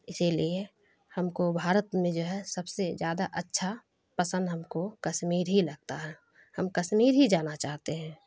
اسی لیے ہم کو بھارت میں جو ہے سب سے جیادہ اچھا پسند ہم کو کسمیر ہی لگتا ہے ہم کشمیر ہی جانا چاہتے ہیں